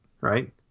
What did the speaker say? Right